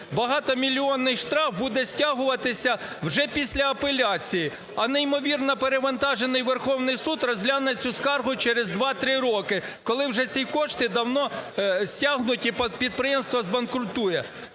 багатомільйонний штраф буде стягуватися вже після апеляції, а неймовірно перевантажений Верховний Суд розгляне цю скаргу через 2-3 роки, коли вже ці кошти стягнуті, підприємство збанкрутує.